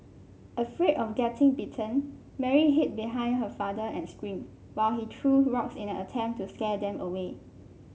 afraid of getting bitten Mary hid behind her father and screamed while he threw rocks in an attempt to scare them away